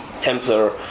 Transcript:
Templar